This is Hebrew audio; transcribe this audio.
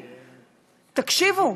תקשיבו,